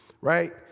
right